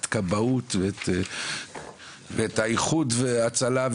את הכבאות ואת האיחוד והצלה,